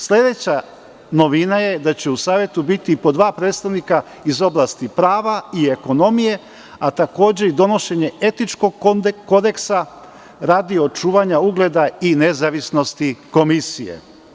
Sledeća novina je da će u savetu biti po dva predstavnika iz oblasti prava i ekonomije, a takođe, i donošenje etičkog kodeksa radi očuvanja ugleda i nezavisnosti komisije.